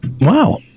wow